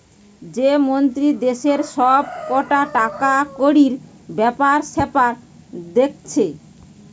যে মন্ত্রী দেশের সব কটা টাকাকড়ির বেপার সেপার দেখছে